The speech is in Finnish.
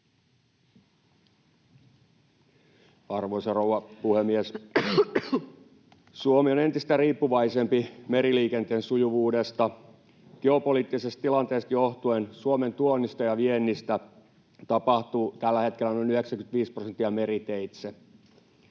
Arvoisa rouva puhemies! Suomi on entistä riippuvaisempi meriliikenteen sujuvuudesta. Geopoliittisesta tilanteesta johtuen Suomen tuonnista ja viennistä tapahtuu tällä hetkellä noin 95 prosenttia meriteitse.